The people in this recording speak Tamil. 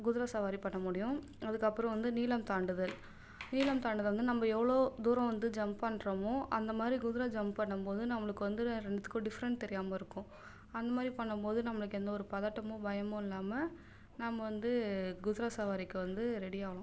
குதிரை சவாரி பண்ண முடியும் அதுக்கப்புறம் வந்து நீளம் தாண்டுதல் நீளம் தாண்டுதல் வந்து நம்ம எவ்வளோ தூரம் வந்து ஜம்ப் பண்ணுறமோ அந்த மாதிரி குதிரை ஜம்ப் பண்ணும்போது நம்மளுக்கு வந்து ரெண்டுத்துக்கும் டிஃப்ரண்ட் தெரியாமல் இருக்கும் அந்த மாதிரி பண்ணும்போது நம்மளுக்கு எந்த ஒரு பதட்டமும் பயமும் இல்லாமல் நம்ம வந்து குதிரை சவாரிக்கு வந்து ரெடி ஆகுவோம்